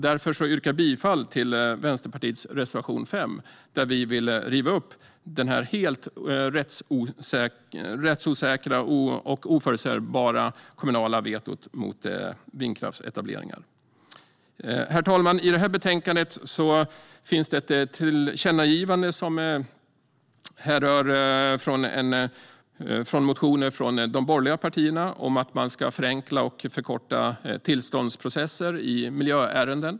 Därför yrkar jag bifall till Vänsterpartiets reservation 5, där vi vill riva upp det helt rättsosäkra och oförutsägbara kommunala vetot mot vindkraftsetablering. Herr talman! I det här betänkandet finns det ett tillkännagivande som härrör från motioner från de borgerliga partierna om att förenkla och förkorta tillståndsprocesser i miljöärenden.